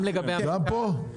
גם פה.